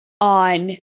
on